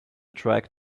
track